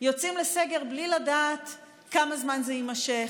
יוצאים לסגר בלי לדעת כמה זמן זה יימשך,